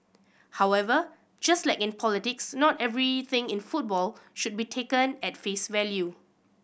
however just like in politics not everything in football should be taken at face value